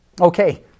Okay